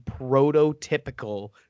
prototypical